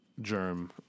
Germ